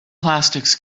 plastics